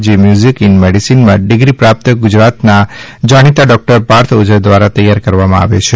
જે music in મેડીસીનમાં degree પ્રાપ્ત ગુજરાતના જાણિતા ડોક્ટર પાર્થ ઓઝા દ્વારા તૈયાર કરવામાં આવેલ છે